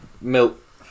milk